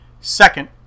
Second